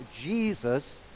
Jesus